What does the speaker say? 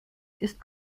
ist